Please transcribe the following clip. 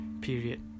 period